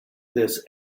this